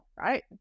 right